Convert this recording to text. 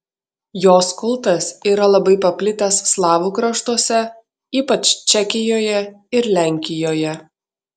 jos kultas yra labai paplitęs slavų kraštuose ypač čekijoje ir lenkijoje